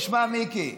תשמע מיקי,